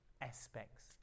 aspects